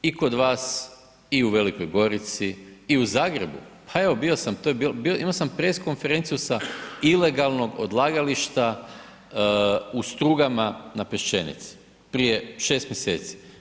I kod vas i u Velikoj Gorici i u Zagrebu, evo bio sam, imao sam press konferenciju sa ilegalnog odlagališta u Strugama na Pešćenici prije 6 mjeseci.